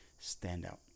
standout